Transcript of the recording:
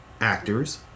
actors